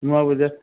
ନୂଆ ବଜାର